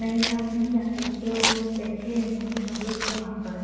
नहीं आप नहीं जा सकते हो बैठे हैं वो सब लोग है वहाँ पर